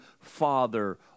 father